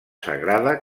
sagrada